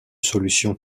solution